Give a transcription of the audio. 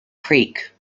creek